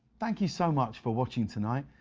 thank you so much for watching tonight.